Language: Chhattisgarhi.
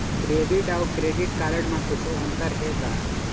डेबिट अऊ क्रेडिट कारड म कुछू अंतर हे का?